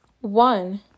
One